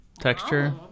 texture